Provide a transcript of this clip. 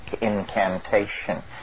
incantation